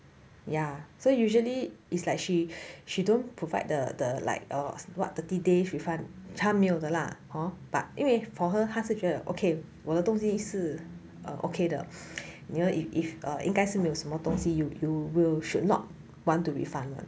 ya so usually is like she she don't provide the the like uh what thirty days refund 他没有的啦 hor but 因为 for her 他是觉得 okay 我的东西是 okay 的 you know if if err 应应该是没有什么东西 you you will should not want to refund leh